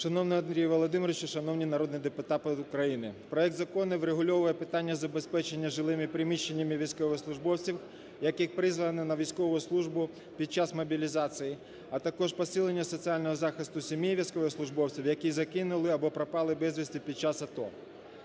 Шановний Андрію Володимировичу! Шановні народні депутати України! Проект закону врегульовує питання забезпечення жилими приміщеннями військовослужбовців, яких призвано на військову службу під час мобілізації, а також посилення соціального захисту сім'ї військовослужбовців, які загинули або пропали безвісті під час АТО.